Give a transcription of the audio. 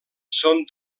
són